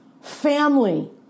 family